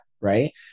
right